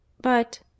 But—